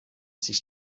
sich